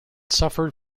suffered